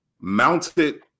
mounted